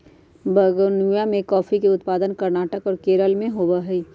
बागवनीया में कॉफीया के उत्पादन कर्नाटक और केरल में होबा हई